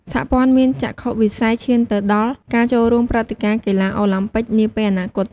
សហព័ន្ធមានចក្ខុវិស័យឈានទៅដល់ការចូលរួម ព្រឹត្តិការណ៍កីឡាអូឡាំពិកនាពេលអនាគត។